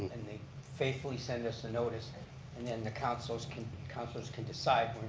and they faithfully send us a notice and then the councilors can councilors can decide.